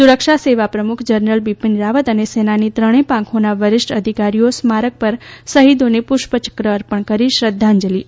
સુરક્ષા સેવા પ્રમુખ જનરલ બીપીન રાવત અને સેનાની ત્રણેય પાંખોના વરિષ્ઠ અવિકારીઓ સ્મારક પર શહીદો ને પુષ્પચક્ર અર્પણ કરી શ્રદ્ધાંજલિ આપશે